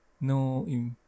No